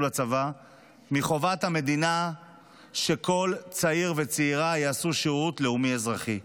חובה במדינה שכל צעיר וצעירה יעשו שירות לאומי-אזרחי.